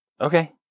Okay